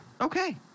Okay